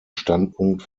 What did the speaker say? standpunkt